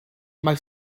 mae